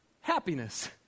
happiness